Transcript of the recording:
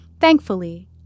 Thankfully